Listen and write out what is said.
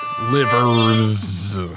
Livers